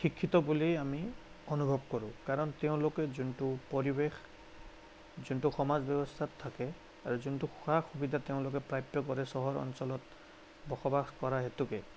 শিক্ষিত বুলি আমি অনুভৱ কৰোঁ কাৰণ তেওঁলোকে যোনটো পৰিৱেশ যোনটো সমাজ ব্যৱস্থাত থাকে আৰু যোনটো সা সুবিধাত তেওঁলোকে প্ৰাপ্য কৰে চহৰ অঞ্চলত বসবাস কৰা হেতুকে